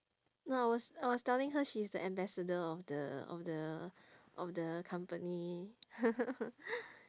no I was I was telling her she's the ambassador of the of the of the company